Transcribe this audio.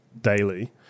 daily